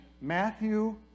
Matthew